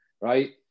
Right